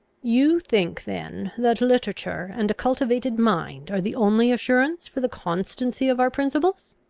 you think, then, that literature and a cultivated mind are the only assurance for the constancy of our principles!